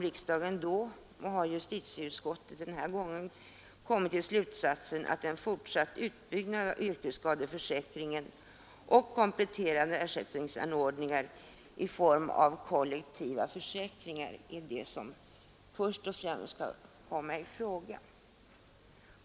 Riksdagen drog då, liksom justitieutskottet gör nu, den slutsatsen att en fortsatt utbyggnad av yrkesskadeförsäkringen och kompletterande ersättningsanordningar i form av kollektiva försäkringar är det som först och främst skall komma i fråga.